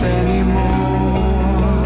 anymore